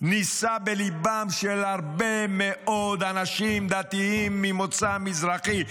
נישא בליבם של הרבה מאוד אנשים דתיים ממוצא מזרחי,